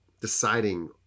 deciding